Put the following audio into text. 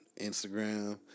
Instagram